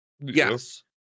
Yes